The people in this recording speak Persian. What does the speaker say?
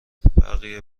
بقیه